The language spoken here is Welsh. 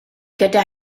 gyda